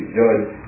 judge